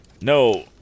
No